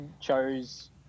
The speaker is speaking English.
chose